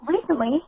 recently